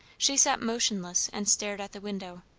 she sat motionless and stared at the window,